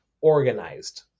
organized